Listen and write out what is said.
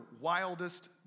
wildest